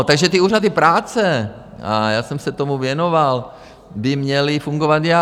Takže ty úřady práce, a já jsem se tomu věnoval, by měly fungovat jak?